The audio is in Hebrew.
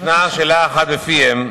שאלה אחת בפיהם: